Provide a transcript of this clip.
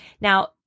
Now